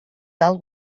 tal